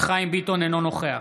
אינו נוכח